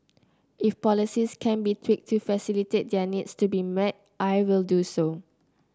if policies can be tweaked to facilitate their needs to be met I will do so